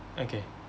okay